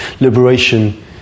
liberation